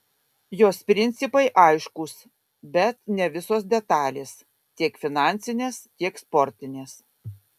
jos principai aiškūs bet ne visos detalės tiek finansinės tiek sportinės